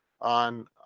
on